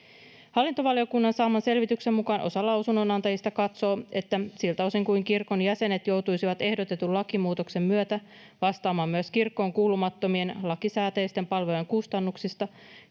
Hallintovaliokunnan saaman selvityksen mukaan osa lausunnonantajista katsoo, että siltä osin kuin kirkon jäsenet joutuisivat ehdotetun lakimuutoksen myötä vastaamaan myös kirkkoon kuulumattomien lakisääteisten palvelujen kustannuksista,